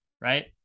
right